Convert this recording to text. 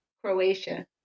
Croatia